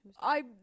I-